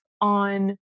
on